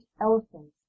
elephants